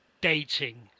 dating